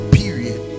period